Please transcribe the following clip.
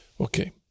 Okay